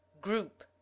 Group